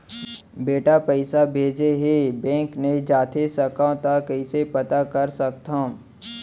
बेटा पइसा भेजे हे, बैंक नई जाथे सकंव त कइसे पता कर सकथव?